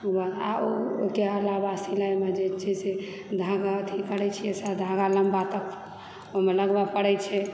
वएह आ ओहिके अलावा सिलाईमे जे छै से धागा अथी करै छियै धागा लम्बा तक ओहिमे लगबऽ पड़य छै